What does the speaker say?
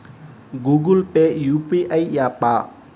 Google Pay UPI య్యాపా?